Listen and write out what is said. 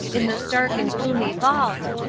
in this dark and gloomy vault,